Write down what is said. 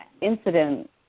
incident